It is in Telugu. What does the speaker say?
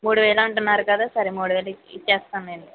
మూడువేలు అంటున్నారు కదా సరే మూడువేలు ఇచ్చేస్తాము లేండి